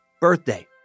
birthday